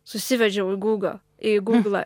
susivedžiau į gugą į guglą